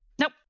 Nope